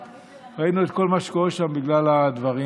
ראינו כל מה שקורה שם בגלל הדברים